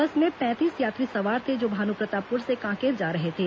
बस में पैंतीस यात्री सवार थे जो भानुप्रतापपुर से कांकेर जा रहे थे